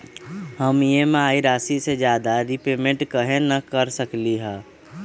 हम ई.एम.आई राशि से ज्यादा रीपेमेंट कहे न कर सकलि ह?